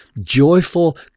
joyful